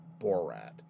Borat